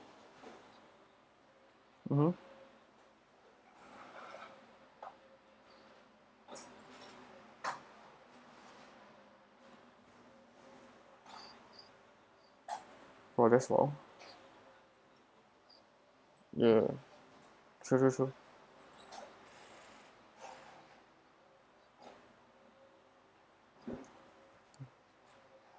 mmhmm !wah! that's well ya true true true